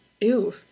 Ew